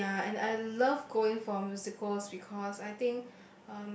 ya and I love going for musicals because I think